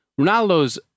Ronaldo's